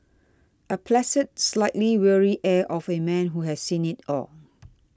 a placid slightly weary air of A man who has seen it all